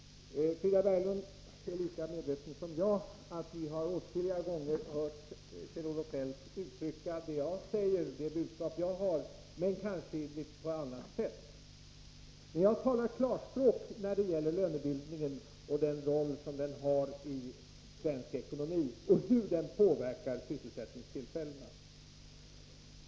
Frida Berglund är lika väl som jag medveten om att vi åtskilliga gånger har hört Kjell-Olof Feldt uttrycka samma budskap som jag har, men han har kanske framfört det på annat sätt. Jag talar klarspråk om den roll som lönebildningen har i svensk ekonomi och om hur den påverkar sysselsättningstillfällena.